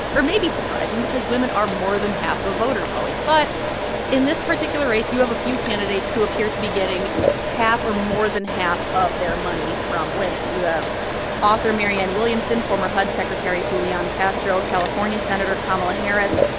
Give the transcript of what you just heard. or maybe surprising because women are more than half of voters always. but in this particular race, you have a few candidates who appear to be getting half or more than half of their money from women. you have author marianne williamson, former hud secretary julian castro, california senator kamala harris,